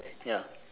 ya